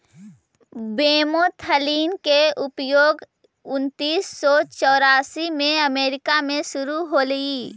bromethalin के उपयोग उन्नीस सौ चौरासी में अमेरिका में शुरु होलई